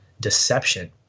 deception